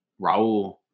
Raul